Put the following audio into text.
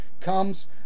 comes